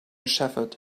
shepherd